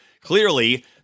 Clearly